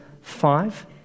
five